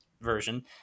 version